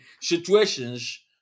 situations